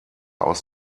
aus